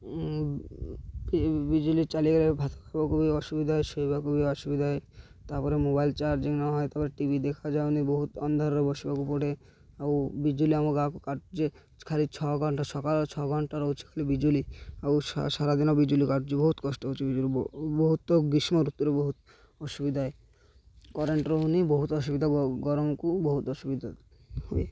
ବିଜୁଳି ଚାଲିଗଲେ ଭାତ ଖାଇବାକୁ ବି ଅସୁବିଧା ହୁଏ ଶୋଇବାକୁ ବି ଅସୁବିଧା ହୁଏ ତା'ପରେ ମୋବାଇଲ୍ ଚାର୍ଜିଂ ନହୁଏ ତା'ପରେ ଟି ଭି ଦେଖାଯାଉନି ବହୁତ ଅନ୍ଧାରରେ ବସିବାକୁ ପଡ଼େ ଆଉ ବିଜୁଳି ଆମ ଗାଆଁକୁ କାଟୁଛି ଯେ ଖାଲି ଛଅ ଘଣ୍ଟା ସକାଳ ଛଅ ଘଣ୍ଟା ରହୁଛି ଖାଲି ବିଜୁଳି ଆଉ ସାରାଦିନ ବିଜୁଳି କାଟୁଛି ବହୁତ କଷ୍ଟ ହଉଛି ବିଜୁଳି ବହୁତ ଗ୍ରୀଷ୍ମ ଋତୁରେ ବହୁତ ଅସୁବିଧା ହଏ କରେଣ୍ଟ ରହୁନି ବହୁତ ଅସୁବିଧା ଗରମକୁ ବହୁତ ଅସୁବିଧା ହୁଏ